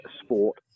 sport